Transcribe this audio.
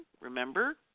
remember